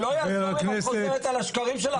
ולא יעזור אם את חוזרת על השקרים שלך.